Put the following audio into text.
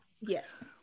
Yes